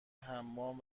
حمام